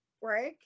work